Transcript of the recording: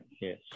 Yes